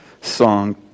song